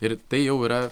ir tai jau yra